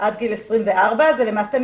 עד גיל 24. למעשה,